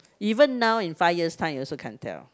even now in five years time you also can't tell